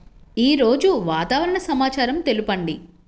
ఈరోజు వాతావరణ సమాచారం తెలుపండి